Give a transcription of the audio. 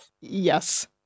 Yes